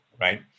right